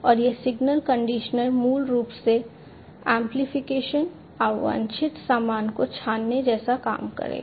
और यह signal conditioner मूल रूप से एम्प्लीफिकेशन अवांछित सामान को छानने जैसे काम करेगा